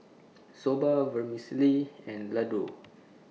Soba Vermicelli and Ladoo